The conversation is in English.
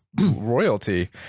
royalty